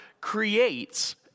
creates